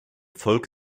volk